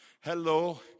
hello